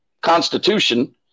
Constitution